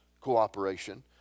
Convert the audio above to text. cooperation